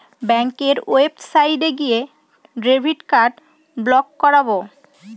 ব্যাঙ্কের ওয়েবসাইটে গিয়ে ডেবিট কার্ড ব্লক করাবো